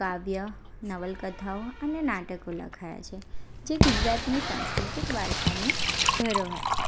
કાવ્ય નવલકથાઓ અને નાટકો લખાયાં છે જે ગુજરાતની સાંસ્કૃતિક વારસાની ધરોહર છે